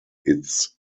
its